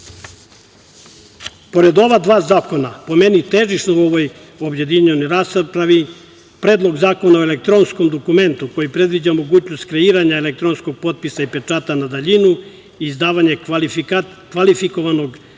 ova dva zakona, po meni, težište u ovoj objedinjenoj raspravi Predlog zakona o elektronskom dokumentu koji predviđa mogućnost kreiranja elektronskog potpisa i pečata na daljinu i izdavanje kvalifikovanog